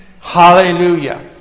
Hallelujah